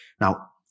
Now